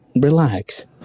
relax